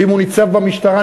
ואם הוא ניצב במשטרה,